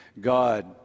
God